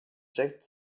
jet